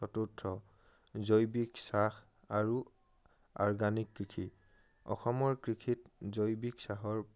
চতুৰ্থ জৈৱিক চাহ আৰু অৰ্গেনিক কৃষি অসমৰ কৃষিত জৈৱিক চাহৰ